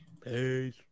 Peace